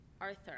Arthur